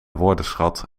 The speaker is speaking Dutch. woordenschat